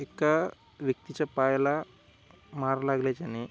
त्या व्यक्तीच्या पायाला मार लागल्याच्याने